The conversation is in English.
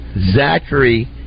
Zachary